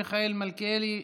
מיכאל מלכיאלי,